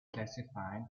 classified